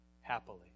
happily